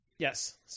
yes